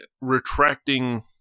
retracting